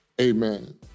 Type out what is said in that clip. amen